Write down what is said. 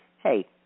hey